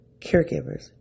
caregivers